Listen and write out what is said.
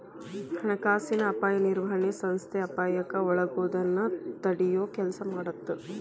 ಹಣಕಾಸಿನ ಅಪಾಯ ನಿರ್ವಹಣೆ ಸಂಸ್ಥೆ ಅಪಾಯಕ್ಕ ಒಳಗಾಗೋದನ್ನ ತಡಿಯೊ ಕೆಲ್ಸ ಮಾಡತ್ತ